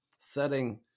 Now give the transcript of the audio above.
setting